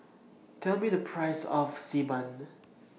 Tell Me The Price of Xi Ban